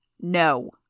No